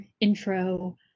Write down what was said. intro